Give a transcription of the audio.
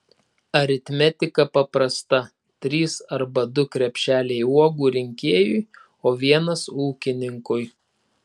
aritmetika paprasta trys arba du krepšeliai uogų rinkėjui o vienas ūkininkui